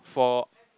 for